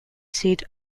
seat